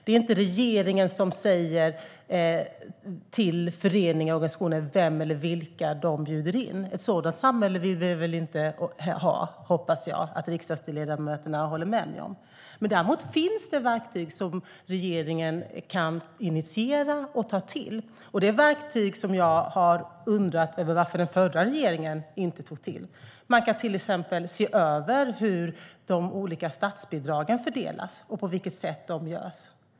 Det är inte regeringen som säger till föreningar och organisationer vem eller vilka de bjuder in. Ett sådant samhälle vill vi väl inte ha, hoppas jag att riksdagsledamöterna håller med mig om. Däremot finns det verktyg som regeringen kan initiera och ta till. Det är verktyg som jag har undrat över varför den förra regeringen inte tog till. Man kan till exempel se över hur de olika statsbidragen fördelas och på vilket sätt de ges.